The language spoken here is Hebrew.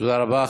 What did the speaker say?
תודה רבה.